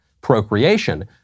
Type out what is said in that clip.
procreation